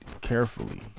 carefully